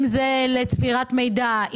אם זה לצבירת מידע,